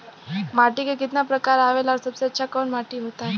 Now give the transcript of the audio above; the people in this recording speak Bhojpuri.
माटी के कितना प्रकार आवेला और सबसे अच्छा कवन माटी होता?